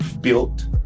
built